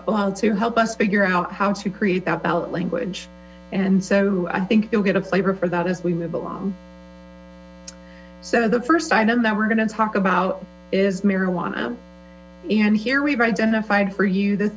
form to help us figure out how to create that ballot language and so i think you'll get a flavor for that as we move along so the first item that we're going to talk about is marijuana and here we've identified for you the